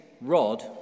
Rod